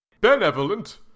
Benevolent